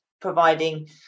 providing